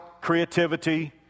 creativity